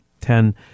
Ten